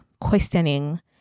questioning